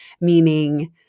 meaning